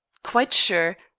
quite sure.